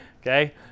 Okay